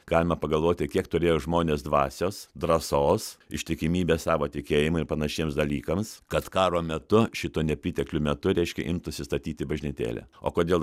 galima pagalvoti kiek turėjo žmonės dvasios drąsos ištikimybės savo tikėjimui ir panašiems dalykams kad karo metu šito nepriteklių metu reiškia imtųsi statyti bažnytėlę o kodėl